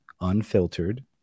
unfiltered